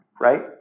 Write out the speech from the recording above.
right